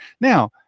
Now